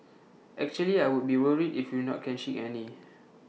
actually I would be worried if we not catching any